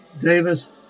Davis